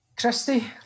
Christie